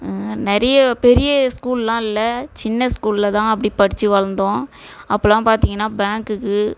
நிறைய பெரிய ஸ்கூல் எல்லாம் இல்லை சின்ன ஸ்கூலில் தான் அப்படி படிச்சு வளர்ந்தோம் அப்போல்லாம் பார்த்திங்கன்னா பேங்க்குக்கு